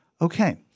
Okay